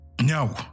No